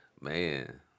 Man